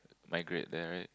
migrate there right